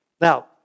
Now